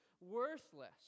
worthless